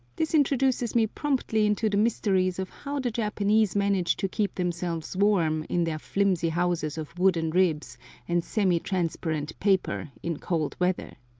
this introduces me promptly into the mysteries of how the japanese manage to keep themselves warm in their flimsy houses of wooden ribs and semi-transparent paper in cold weather.